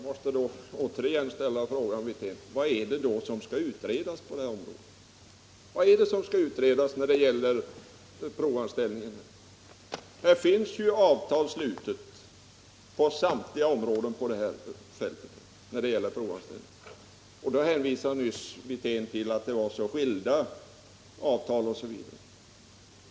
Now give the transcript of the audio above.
Herr talman! Men jag måste då återigen ställa frågan, herr Wirtén: Vad är det som skall utredas på det här området? Här finns ju avtal slutet på samtliga områden när det gäller provanställningen. Rolf Wirtén hänvisade nyss till att det var så skilda avtal osv.